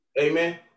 amen